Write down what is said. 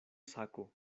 sako